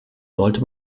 sollte